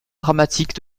dramatiques